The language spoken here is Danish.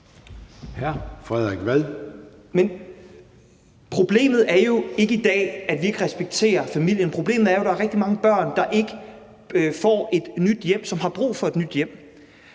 Men problemet i dag er jo ikke, at vi ikke respekterer familien, problemet er jo, at der er rigtig mange børn, der ikke får et nyt hjem, men som har brug for et nyt hjem.